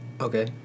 Okay